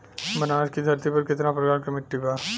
बनारस की धरती पर कितना प्रकार के मिट्टी बा?